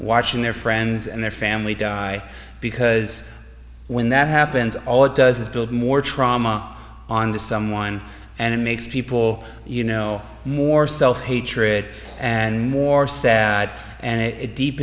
watching their friends and their family die because when that happens all it does is build more trauma on to someone and it makes people you know more self hatred and more sad and it